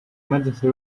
emergency